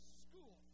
school